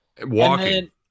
Walking